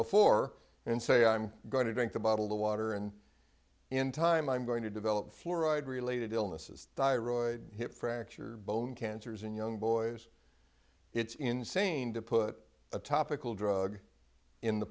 before and say i'm going to drink a bottle of water and in time i'm going to develop fluoride related illnesses thyroid hip fracture bone cancers in young boys it's insane to put a topical drug in the